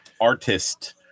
artist